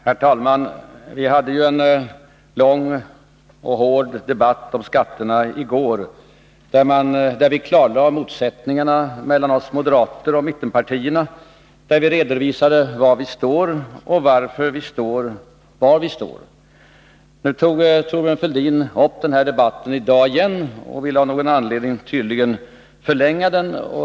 Herr talman! Vi hade en lång och hård debatt om skatterna i går, där vi klarlade motsättningarna mellan oss moderater och mittenpartierna, där vi redovisade var vi står och varför vi står där. Nu tog Thorbjörn Fälldin upp den debatten i dag igen och ville av någon anledning tydligen förlänga den.